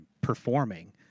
performing